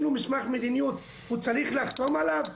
לו מסמך מדיניות הוא צריך לחתום עליו?